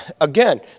Again